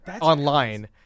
Online